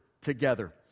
together